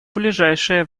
ближайшее